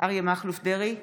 אריה מכלוף דרעי,